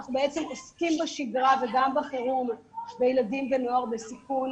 אנחנו בעצם עוסקים בשגרה וגם בחירום בילדים ונוער בסיכון,